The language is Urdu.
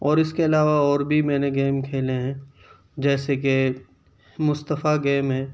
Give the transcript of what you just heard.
اور اس کے علاوہ اور بھی میں نے گیم کھیلیں ہیں جیسے کہ مصطفیٰ گیم ہے